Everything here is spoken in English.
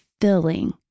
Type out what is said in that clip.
filling